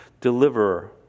deliverer